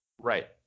Right